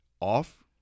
off